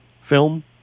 film